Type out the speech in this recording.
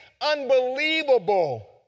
Unbelievable